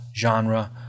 genre